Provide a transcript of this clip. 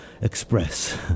Express